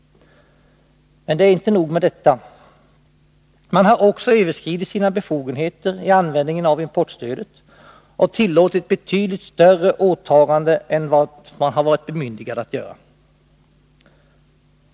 Men det är inte nog med detta. Man har också överskridit sina befogenheter i användningen av importstödet och tillåtit betydligt större åtaganden än man varit bemyndigad att göra.